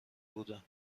بودم